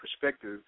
perspective